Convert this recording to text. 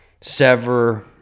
Sever